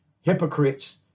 hypocrites